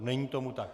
Není tomu tak.